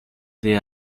they